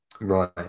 right